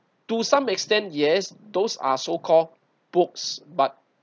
to some extent yes those are so called books but